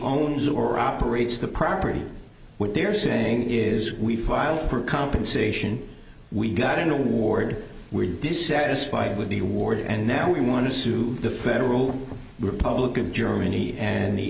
owns or operates the property what they're saying is we filed for compensation we got an award we're dissatisfied with the award and now we want to sue the federal republic of germany and the